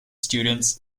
students